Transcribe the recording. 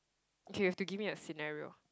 okay you have to give me a scenario